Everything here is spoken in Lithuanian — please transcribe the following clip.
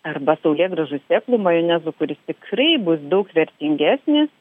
arba saulėgrąžų sėklų majonezu kuris tikrai bus daug vertingesnis